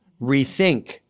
rethink